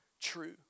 true